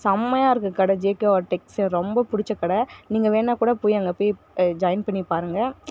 செம்மையாருக்கு கடை JKR text எனக்கு ரொம்ப பிடிச்ச கடை நீங்கள் வேணா கூட போய் அங்கே போய் ஜாயின் பண்ணி பாருங்க